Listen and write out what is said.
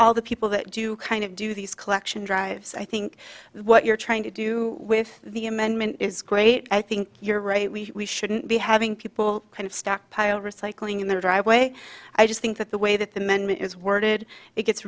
all the people that do kind of do these collection drives i think what you're trying to do with the amendment is great i think you're right we shouldn't be having people kind of stockpile recycling in their driveway i just think that the way that the men is worded it gets